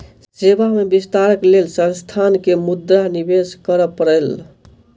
सेवा में विस्तारक लेल संस्थान के मुद्रा निवेश करअ पड़ल